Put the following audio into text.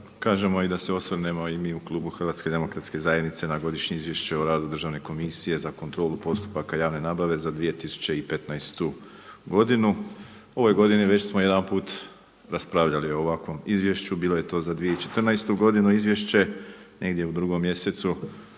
kažemo i da se osvrnemo i mi u klubu Hrvatske demokratske zajednice na Godišnje izvješće o radu Državne komisije za kontrolu postupaka javne nabave za 2015. godinu. U ovoj godini već smo jedanput raspravljali o ovakvom izvješću. Bilo je to za 2014. godinu izvješće negdje u drugom mjesecu,